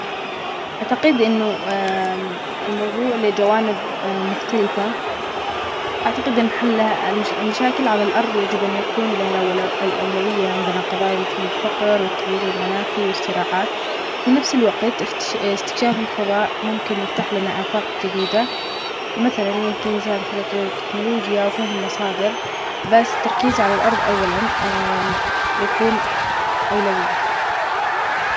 اعتقد أنه الموضوع له جوانب مختلفة اعتقد ان حلها حل المشاكل على الارظ يجب ان يكون لها الاولوية عندنا قضايا مثل الفقر والتغيير المناخي والصراعات في نفس الوقت استكشاف الفضاء ممكن يفتح لنا افاق جديدة مثلا ممكن يساهم في تطوير التكنولوجيا وفي المصادر بس التركيز على الارض اولًا بيكون اولوية.